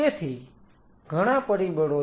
તેથી ઘણા પરિબળો છે